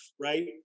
right